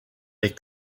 est